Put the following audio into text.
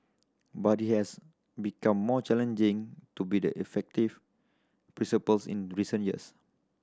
but it has become more challenging to be the effective principals in recent years